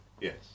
yes